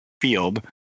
field